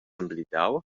emblidau